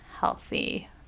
healthy